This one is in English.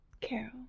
Carol